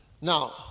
Now